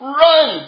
run